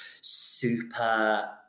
super